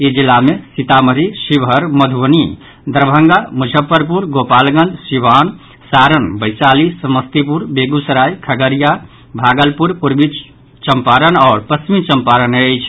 ई जिला मे सीतामढ़ी शिवहर मधुबनी दरभंगा मुजफ्फरपुर गोपालगंज सीवान सारण वैशाली समस्तीपुर बेगूसराय खगड़िया भागलपुर पूर्वी चम्पारण आओर पश्चिमी चम्पारण अछि